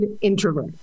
introvert